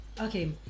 okay